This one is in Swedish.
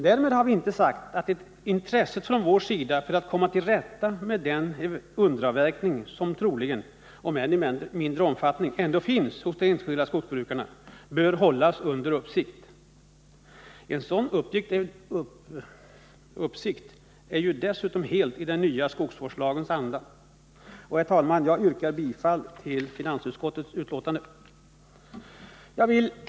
Därmed har vi inte sagt att man inte bör försöka komma till rätta med den underavverkning som troligen — om än i mindre omfattning — ändå finns hos enskilda jordbrukare. Detta är ju dessutom helt i den nya skogsvårdslagens anda. Herr talman! Jag yrkar bifall till finansutskottets hemställan.